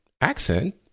accent